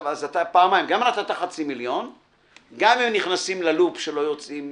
אז גם נתת חצי מיליון שקל וגם הם נכנסים ל-loop שלא יוצאים